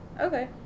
okay